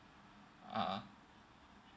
a'ah